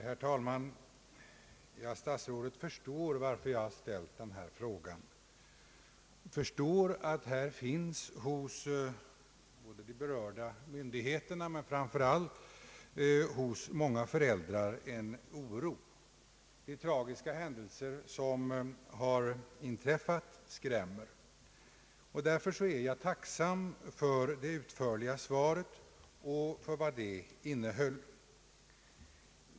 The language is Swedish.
Herr talman! Statsrådet förstår varför jag har ställt frågan, förstår att här finns en oro hos de berörda myndigheterna och framför allt hos många föräldrar. De tragiska händelser som har inträffat skrämmer. Därför är jag tacksam för det utförliga svaret och dess innehåll.